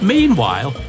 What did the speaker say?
Meanwhile